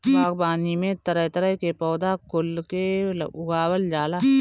बागवानी में तरह तरह के पौधा कुल के उगावल जाला